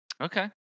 okay